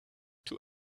two